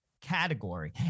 category